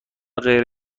غیر